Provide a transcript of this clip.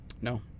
no